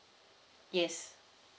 yes